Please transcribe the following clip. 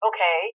Okay